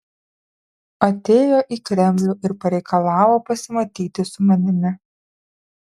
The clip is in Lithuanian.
atėjo į kremlių ir pareikalavo pasimatyti su manimi